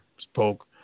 Spoke